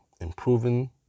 improving